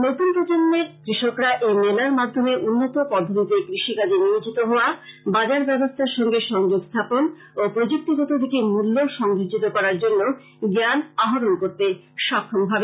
নতুন প্রজন্মের কৃষকরা এই মেলার মাধ্যমে উন্নত পদ্ধতিতে কৃষি কাজে নিয়োজিত হোয়া বাজার ব্যবস্থার সংগে সংযোগ স্থাপন ও প্রযুক্তিগত দিকে মূল্য সংযোজিত করার জন্য জ্ঞান আহরণ করতে সক্ষম হবে